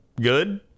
good